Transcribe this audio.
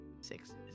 Six